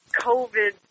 COVID